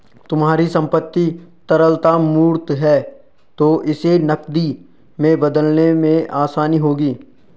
तुम्हारी संपत्ति तरलता मूर्त है तो इसे नकदी में बदलने में आसानी होगी